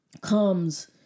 comes